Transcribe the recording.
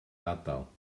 ardal